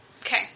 Okay